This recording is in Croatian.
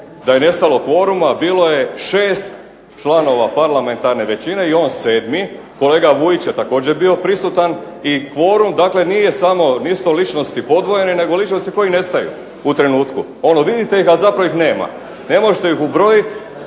da je nestalo kvoruma a bilo je 6 članova parlamentarne većine i on 7., kolega Vujić je također bio prisutan i kvorum nije samo, nisu to ličnosti podvojene nego ličnosti koje nestaju u trenutku, ono vidite ih a zapravo ih nema, ne možete ih ubrojiti